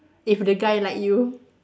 if the guy like you